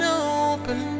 open